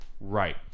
Right